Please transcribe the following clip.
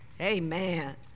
Amen